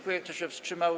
Kto się wstrzymał?